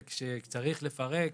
כשצריך לפרק,